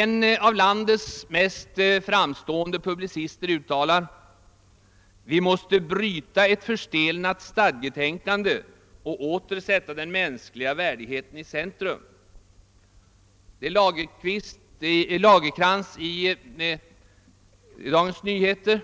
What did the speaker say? En av landets mest framstående publicister uttalar: »Vi måste hryta ett förstelnat stadgetänkande och åter sätta den mänskliga värdigheten i centrum.» Det är Olof Lagercrantz i Dagens Nyheter